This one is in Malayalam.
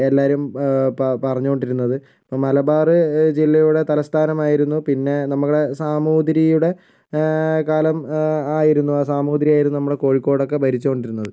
എല്ലാവരും പ പറഞ്ഞു കൊണ്ടിരുന്നത് ഇപ്പം മലബാറ് ജില്ലയുടെ തലസ്ഥാനമായിരുന്നു പിന്നെ നമ്മുടെ സാമൂതിരിയുടെ കാലം ആയിരുന്നു സാമൂതിരി ആയിരുന്നു നമ്മുടെ കോഴിക്കോട് ഒക്കെ ഭരിച്ച് കൊണ്ടിരുന്നത്